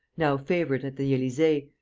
now favourite at the elysee,